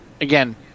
again